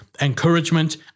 encouragement